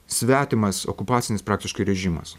svetimas okupacinis praktiškai režimas